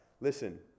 Listen